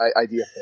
idea